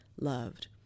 loved